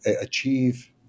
achieve